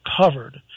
covered